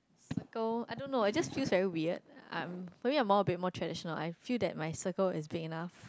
circle I don't know it just feels very weird um maybe I'm a bit more traditional I feel like my circle is big enough